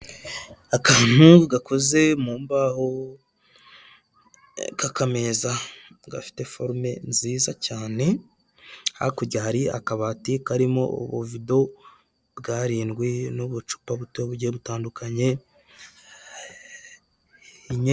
Akantu gakoze mu mbaho k'akameza gafite forume nziza cyane hakurya hari akabati karimo ubuvido bw'arindwi n'ubucupa buto butandukanye.